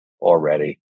already